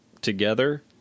together